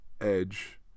Edge